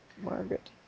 Margaret